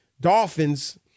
Dolphins